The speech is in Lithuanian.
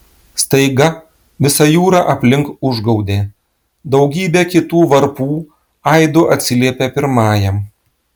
staiga visa jūra aplink užgaudė daugybė kitų varpų aidu atsiliepė pirmajam